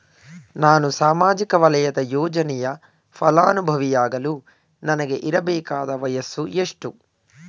ನಾನು ಸಾಮಾಜಿಕ ವಲಯದ ಯೋಜನೆಯ ಫಲಾನುಭವಿ ಯಾಗಲು ನನಗೆ ಇರಬೇಕಾದ ವಯಸ್ಸು ಎಷ್ಟು?